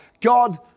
God